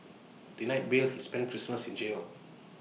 denied bail he spent Christmas in jail